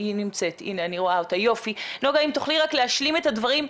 אם תוכלי להשלים את הדברים,